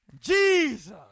Jesus